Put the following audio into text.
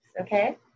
Okay